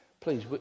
Please